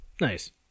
Nice